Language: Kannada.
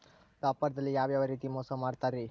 ವ್ಯಾಪಾರದಲ್ಲಿ ಯಾವ್ಯಾವ ರೇತಿ ಮೋಸ ಮಾಡ್ತಾರ್ರಿ?